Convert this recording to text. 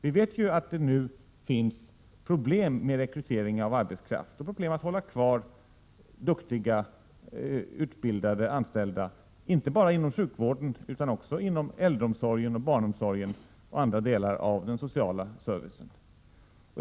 Vi vet att det nu finns problem med rekryteringen av arbetskraft och problem att hålla kvar duktiga, utbildade anställda, inte bara inom sjukvården, utan också inom äldreomsorgen, barnomsorgen och andra delar av den sociala servicen.